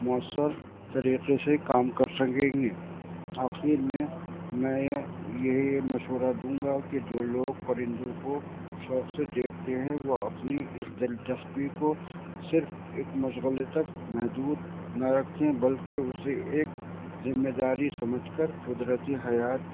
مؤثر طریقے سے کام کر سکیں گے آخر میں میں یہ مشورہ دوں گا کہ جو لوگ پرندوں کو شوق سے دیکھتے ہیں وہ اپنی اس دلچسپی کو صرف ایک مشغلے تک محدود نہ رکھیں بلکہ اسے ایک ذمہ داری سمجھ کر قدرتی حیات